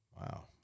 Wow